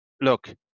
Look